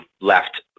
left